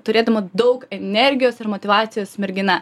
turėdama daug energijos ir motyvacijos mergina